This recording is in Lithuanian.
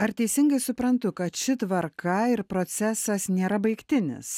ar teisingai suprantu kad ši tvarka ir procesas nėra baigtinis